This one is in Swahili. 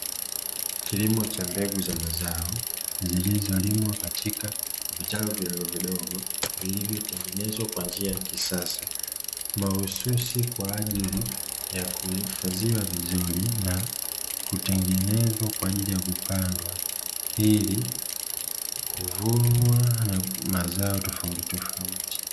Kilimo cha mbegu za mazao zilizolimwa katika vitalu vidogovidogo vilivyotengenezwa kwa njia ya kisasa, mahususi kwa ajili ya kuhifadhiwa vizuri na kutengenezwa kwa ajili ya kupandwa ili kuvunwa mazao tofauti tofauti.